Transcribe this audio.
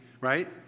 right